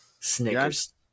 Snickers